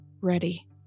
ready